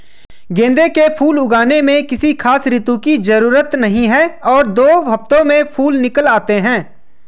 गेंदे के फूल उगाने में किसी खास ऋतू की जरूरत नहीं और दो हफ्तों में फूल निकल आते हैं